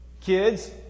Kids